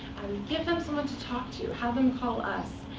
give them someone to talk to. have them call us.